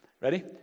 Ready